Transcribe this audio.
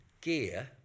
gear